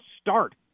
start